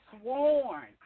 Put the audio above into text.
sworn